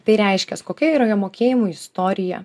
tai reiškias kokia yra jo mokėjimų istorija